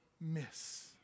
miss